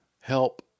help